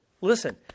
Listen